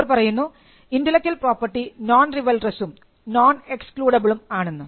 അവർ പറയുന്നു intellectual property non rivalrous ഉം non excludable ഉം ആണെന്ന്